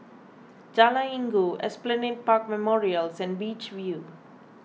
Jalan Inggu Esplanade Park Memorials and Beach View